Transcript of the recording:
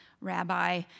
Rabbi